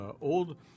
old